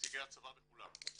ונציגי הצבא וכולם.